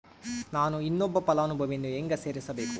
ನಾನು ಇನ್ನೊಬ್ಬ ಫಲಾನುಭವಿಯನ್ನು ಹೆಂಗ ಸೇರಿಸಬೇಕು?